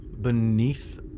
beneath